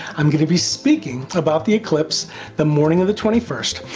i'm going to be speaking about the eclipse the morning of the twenty first,